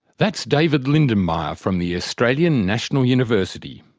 that's david lindenmayer from the australian national university.